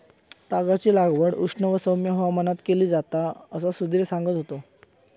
तागाची लागवड उष्ण व सौम्य हवामानात केली जाता असा सुधीर सांगा होतो